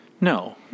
No